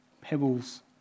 pebbles